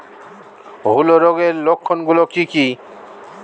হূলো রোগের লক্ষণ গুলো কি কি?